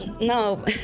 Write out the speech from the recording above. No